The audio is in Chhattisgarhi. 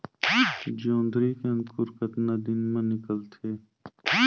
जोंदरी के अंकुर कतना दिन मां निकलथे?